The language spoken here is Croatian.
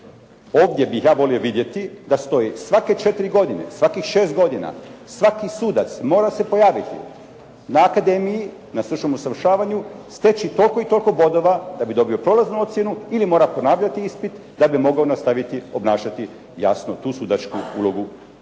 Ovdje bih ja volio vidjeti da stoji svake 4 godine, svakih 6 godina, svaki sudac mora se pojaviti na akademiji, na stručnom usavršavanju, steći toliko i toliko bodova da bi dobio prolaznu ocjenu ili mora ponavljati ispit da bi mogao nastaviti obnašati jasno tu sudačku ulogu